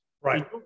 right